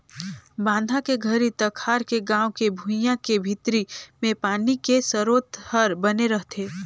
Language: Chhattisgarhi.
बांधा के घरी तखार के गाँव के भुइंया के भीतरी मे पानी के सरोत हर बने रहथे